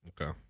Okay